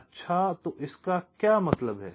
अच्छा तो इसका क्या मतलब है